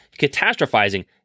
Catastrophizing